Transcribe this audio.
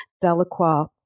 Delacroix